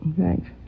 Thanks